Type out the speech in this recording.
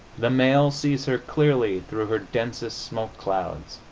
the male sees her clearly through her densest smoke-clouds.